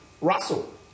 Russell